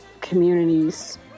communities